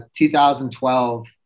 2012